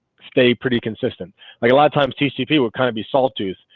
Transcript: stay pretty consistent like a lot of times tcp will kind of be salt tues.